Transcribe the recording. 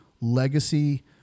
legacy